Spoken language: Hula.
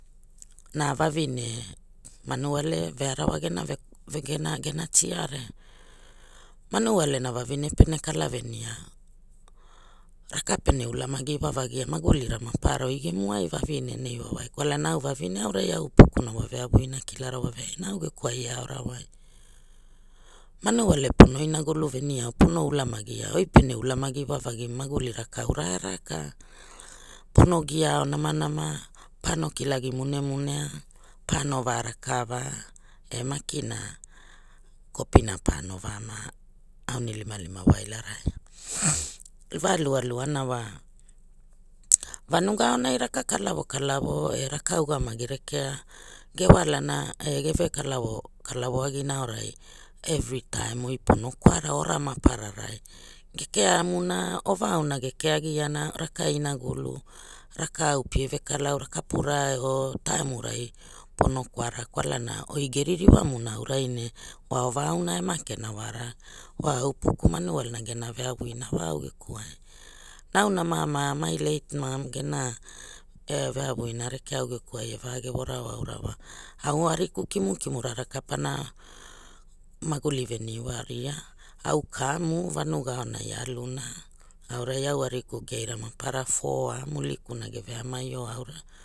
Na vavine manuole vearawa gena gena tiare manuole na vavine pene kala venia, raka pene ulamagi iwavagia magulira maparara goi gemuai vavine neiwaowai kwalana au vavine aurai au upuku na wa veavu ina kilara wa veaina au geku ai e aorao wai manuole pono inagulu venia or ona ulamagia oi pene ulamagi iwavagimu maguli rakau ragaka, ono gia au namanama, pono kilagi munemunea, pono va rakava eh makina kopina pono vama aunilimalima wailarai va lualuana wa vanuga aonai raka kalavo kalavo eh raka ugamagi rekea ge walana eh geve kalavo kalavo agina aorai evitaim oi pono kwara ora mapararai, ge keavana ovaona ge keagiana raka inagulu rakau pievekala aura kapurai or taimurai pono kwara kwalana oi ge ririwamuna aura ne wa ovaona e makera wara wa au puku manualena gera veavu ina wa au geku ai na auna mama mai leit mam gene e veavu ira rekea au gekuai e vagevo rao aura wa au ariku kimukimura raka pana maguli veni wa ria au kamu vanuga aonai a aluna aurai au ariku keira maparara foa mulikuna ge veamaio aura.